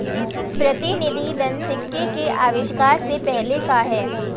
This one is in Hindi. प्रतिनिधि धन सिक्के के आविष्कार से पहले का है